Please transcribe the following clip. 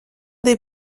des